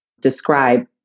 describe